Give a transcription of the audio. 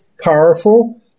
powerful